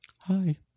hi